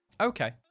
okay